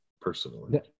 personally